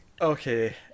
Okay